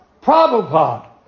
Prabhupada